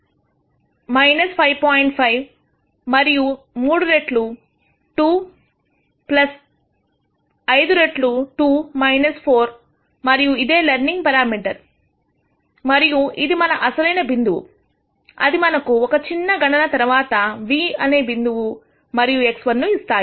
5 మరియు 3 రెట్లు 2 5 రెట్లు 2 4 మరియు ఇదే లెర్నింగ్ పెరామీటర్ మరియు ఇది మన అసలైన బిందువు అది మనకు ఒక చిన్న గణన తర్వాత ఒక v బిందువు మరియు x1 ఇస్తుంది